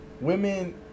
women